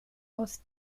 aus